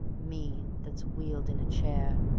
me that's wheeled in a chair.